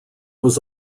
was